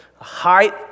Height